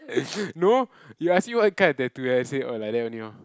no you ask me what kind of tattoo then I say oh like that only lor